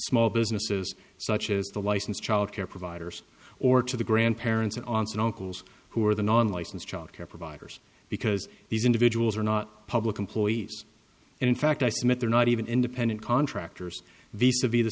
small businesses such as the licensed child care providers or to the grandparents and aunts and uncles who are the non licensed childcare providers because these individuals are not public employees and in fact i submit they're not even independent contractors vsa be the